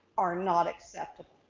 are not acceptable.